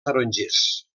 tarongers